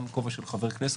גם בכובע של חבר כנסת.